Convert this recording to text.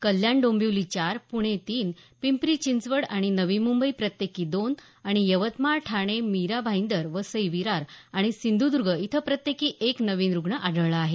कल्याण डोंबिवली चार पुणे तीन पिंपरी चिंचवड आणि नवी मुंबई प्रत्येकी दोन आणि यवतमाळ ठाणे मीरा भाईंदर वसई विरार आणि सिंधुदुर्ग इथं प्रत्येकी एक नवीन रूग्ण आढळला आहे